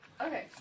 Okay